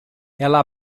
ela